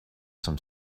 some